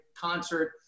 concert